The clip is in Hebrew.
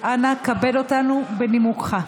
אנא כבד אותנו בנימוקיך.